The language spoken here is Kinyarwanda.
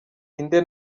inde